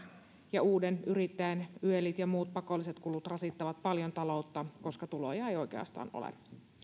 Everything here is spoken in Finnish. ja uuden yrittäjän yelit ja muut pakolliset kulut rasittavat paljon taloutta koska tuloja ei oikeastaan ole